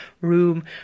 room